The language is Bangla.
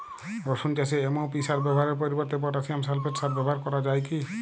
রসুন চাষে এম.ও.পি সার ব্যবহারের পরিবর্তে পটাসিয়াম সালফেট সার ব্যাবহার করা যায় কি?